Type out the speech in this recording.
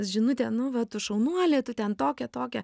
žinutę nu va tu šaunuolė tu ten tokia tokia